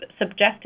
subjective